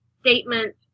statement